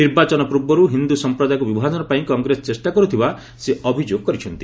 ନିର୍ବାଚନ ପୂର୍ବରୁ ହିନ୍ଦୁ ସମ୍ପ୍ରଦାୟକୁ ବିଭାଜନ ପାଇଁ କଂଗ୍ରେସ ଚେଷ୍ଟା କରୁଥିବା ସେ ଅଭିଯୋଗ କରିଛନ୍ତି